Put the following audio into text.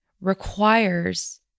requires